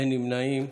אין נמנעים.